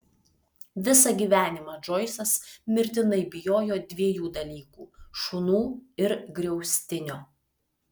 visą gyvenimą džoisas mirtinai bijojo dviejų dalykų šunų ir griaustinio